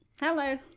Hello